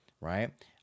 right